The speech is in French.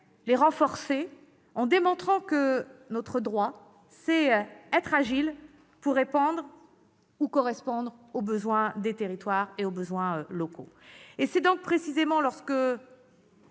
la renforcer, en démontrant que notre droit sait être agile pour répondre ou correspondre aux besoins des territoires, aux impératifs locaux. C'est précisément lorsque